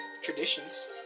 Traditions